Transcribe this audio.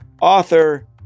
author